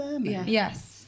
yes